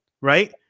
right